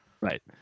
Right